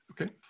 Okay